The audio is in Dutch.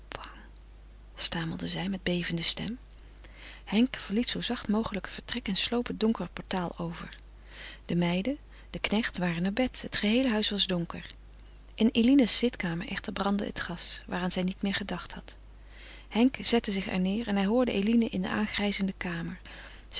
stamelde zij met bevende stem henk verliet zoo zacht mogelijk het vertrek en sloop het donkere portaal over de meiden de knechts waren naar bed het geheele huis was donker in eline's zitkamer echter brandde het gas waaraan zij niet meer gedacht had henk zette zich er neêr en hij hoorde eline in de aangrenzende kamer